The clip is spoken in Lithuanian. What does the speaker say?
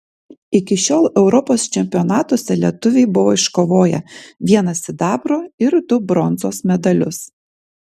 iki šiol europos čempionatuose lietuviai buvo iškovoję vieną sidabro ir du bronzos medalius